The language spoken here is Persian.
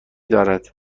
دارد